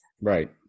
right